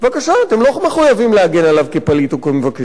אתם לא מחויבים להגן עליו כפליט או כמבקש מקלט.